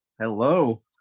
Hello